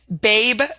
Babe